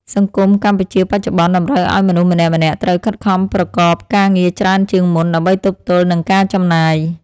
សង្គមកម្ពុជាបច្ចុប្បន្នតម្រូវឱ្យមនុស្សម្នាក់ៗត្រូវខិតខំប្រកបការងារច្រើនជាងមុន ដើម្បីទប់ទល់នឹងការចំណាយ។